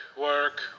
work